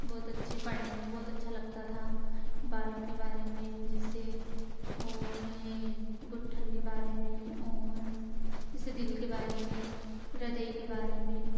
बहुत अच्छे पढ़ने में बहुत अच्छा लगता था बालों के बारे में जैसे और ये गुट्ठन के बारे में और जैसे दिल के बारे में हृदय के बारे में